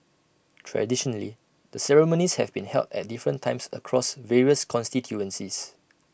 traditionally the ceremonies have been held at different times across various constituencies